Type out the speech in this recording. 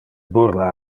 burla